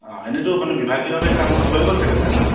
অঁ এনেইতো আপুনি বিভাগীয়ভাৱে কামবোৰ হৈয়ে গ'ল চাগৈ ছাৰ